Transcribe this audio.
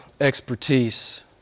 expertise